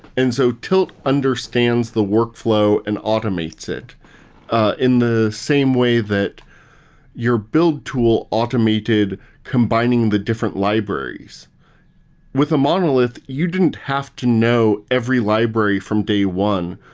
and so tilt understands the workflow and automates it in the same way that your build tool automated combining the different libraries with a monolith, you didn't have to know every library from day one,